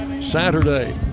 Saturday